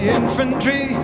infantry